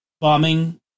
bombing